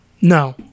No